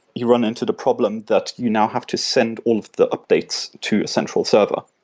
you run into the problem that you now have to send all of the updates to a central server,